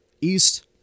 East